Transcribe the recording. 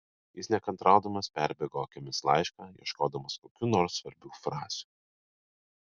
jis nekantraudamas perbėgo akimis laišką ieškodamas kokių nors svarbių frazių